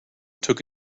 took